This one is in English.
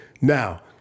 Now